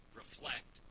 reflect